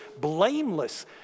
blameless